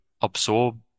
absorb